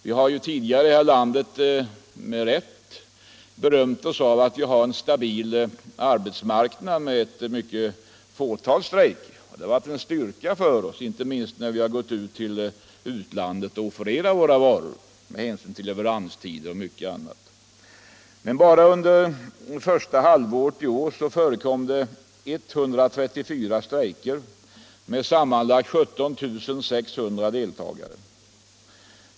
Vi har tidigare i det här landet, med rätta, berömt oss av att ha en stabil arbetsmarknad med ett fåtal strejker. Det har varit en styrka för oss, inte minst när vi har gått ut till utlandet och offererat våra varor — med hänsyn till leveranstider och mycket annat. Bara under första halvåret i år förekom 134 strejker med sammanlagt 17 600 deltagare.